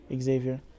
Xavier